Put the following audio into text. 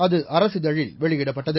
அது அரசிதழில் வெளியிடப்பட்டது